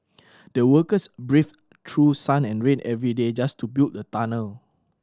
the workers braved through sun and rain every day just to build the tunnel